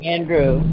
Andrew